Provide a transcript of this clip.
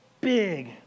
big